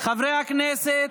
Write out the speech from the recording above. חברי הכנסת.